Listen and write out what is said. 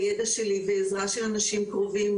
הידע שלי והעזרה של אנשים קרובים,